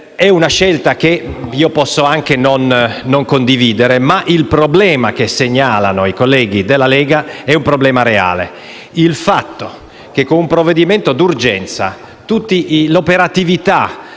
È una scelta che posso anche non condividere, ma il problema che segnalano i colleghi della Lega Nord è reale: il fatto cioè che, con un provvedimento d'urgenza, tutti i